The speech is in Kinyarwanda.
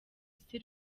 isi